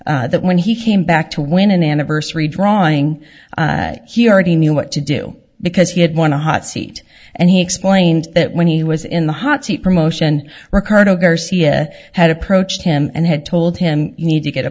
d that when he came back to win an anniversary drawing he already knew what to do because he had won a hot seat and he explained that when he was in the hot seat promotion ricardo garcia had approached him and had told him you need to get a